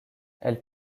elles